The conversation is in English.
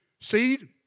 seed